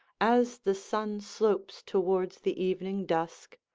as the sun slopes towards the evening dusk,